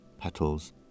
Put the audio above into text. petals